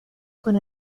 con